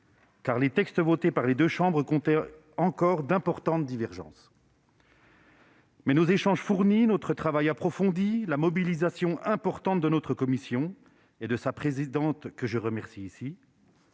car les textes votés par les deux chambres comptaient encore d'importantes divergences. Toutefois, nos échanges fournis, notre travail approfondi, la mobilisation importante de notre commission des affaires économiques et de sa présidente, que je remercie,